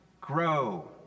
grow